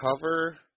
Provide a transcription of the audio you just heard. cover